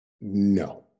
No